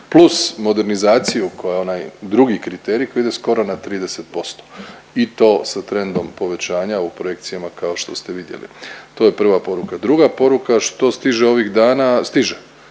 plus modernizaciju koja onaj drugi kriterij koji ide skoro na 30% i to sa trendom povećanja u projekcijama kao što ste vidjeli. To je prva poruka. Druga poruka što stiže ovih dana stiže,